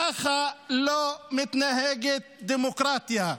ככה לא מתנהגת דמוקרטיה,